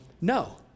No